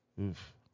oof